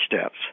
steps